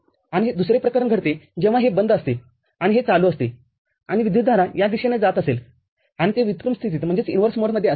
आणि दुसरे प्रकरण घडते जेव्हा हे बंद असते आणि हे चालू असते आणि विद्युतधारा या दिशेने जात असेल आणि हे व्युत्क्रम स्थितीतअसेल